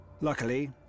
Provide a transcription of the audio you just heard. Luckily